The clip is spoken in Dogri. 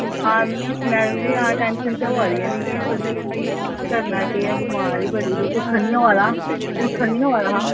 मैड़म जी हां टैंशन ते होआ दी ऐ मिगी बी बड़ी करनां केह् ऐ बमार गै बड़ी ऐं उट्ठन नी होआ दा उट्ठन नी होआ दा हा